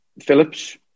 Phillips